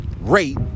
Rate